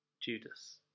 Judas